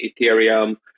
Ethereum